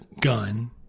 gun